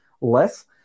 less